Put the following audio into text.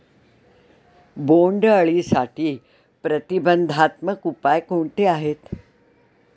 बोंडअळीसाठी प्रतिबंधात्मक उपाय कोणते आहेत?